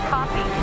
Copy